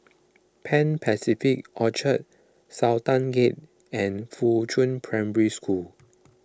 Pan Pacific Orchard Sultan Gate and Fuchun Primary School